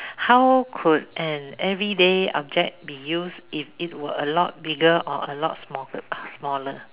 how could an everyday object be used if it were a lot bigger or a lot small~ smaller